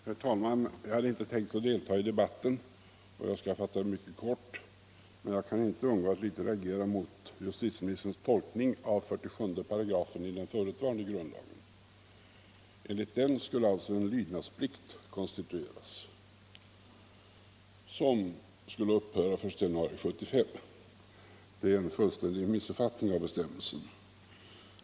Herr talman! Jag hade inte tänkt delta i debatten, och jag skall fatta mig mycket kort. Men jag kan inte undgå att reagera mot justitieministerns tolkning av 47 § i den förutvarande grundlagen. Enligt den skulle en lydnadsplikt konstitueras som skulle upphöra den 1 januari 1975. Det är en fullständig missuppfattning av bestämmelsen.